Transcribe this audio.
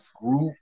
group